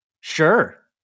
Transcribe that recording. Sure